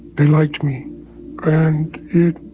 they liked me and it